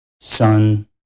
sun